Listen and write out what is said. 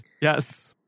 Yes